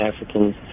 Africans